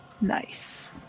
Nice